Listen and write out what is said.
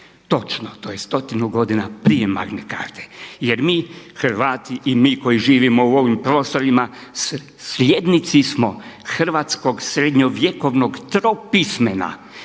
Točno, to je stotinu godina prije Magne Carte. Jer mi Hrvati i mi koji živimo u ovim prostorima slijednici smo hrvatskog srednjovjekovnog tropismena